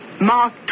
Mark